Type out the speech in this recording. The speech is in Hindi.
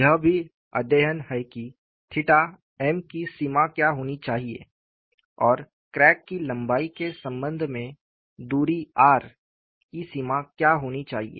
यह भी अध्ययन हैं कि थीटा m की सीमा क्या होनी चाहिए और क्रैक की लंबाई के संबंध में दूरी r की सीमा क्या होनी चाहिए